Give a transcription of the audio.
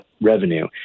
revenue